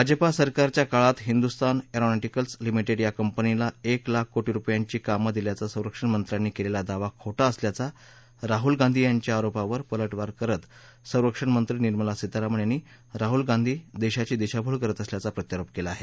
भाजपा सरकारच्या काळात Hindustan aeronautics limited या कंपनीला एक लाख कोटी रुपयांची कामं दिल्याचा संरक्षण मंत्र्यांनी केलेला दावा खोटा असल्याच्या राहुल गांधी यांच्या आरोपावर पलटवार करत संरक्षण मंत्री निर्मला सीतारामन यांनी राहुल गांधी देशाची दिशाभूल करत असल्याचा प्रत्यारोप केला आहे